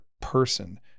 person